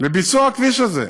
לביצוע הכביש הזה,